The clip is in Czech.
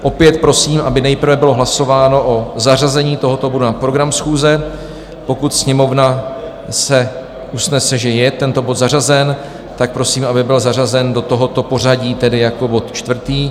Opět prosím, aby nejprve bylo hlasováno o zařazení tohoto bodu na program schůze, pokud Sněmovna se usnese, že je tento bod zařazen, tak prosím, aby byl zařazen do tohoto pořadí, tedy jako bod čtvrtý.